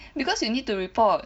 because you need to repot